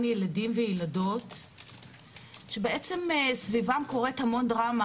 ילדים וילדות שבעצם סביבם קורית המון דרמה,